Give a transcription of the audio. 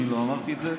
אני לא אמרתי את זה,